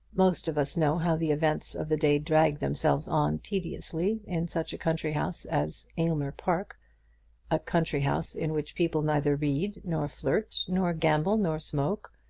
most of us know how the events of the day drag themselves on tediously in such a country house as aylmer park a country house in which people neither read, nor flirt, nor gamble, nor smoke,